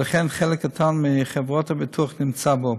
ולכן חלק קטן מחברות הביטוח נמצא בו.